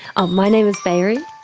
ah my name is veary.